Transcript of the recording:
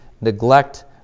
neglect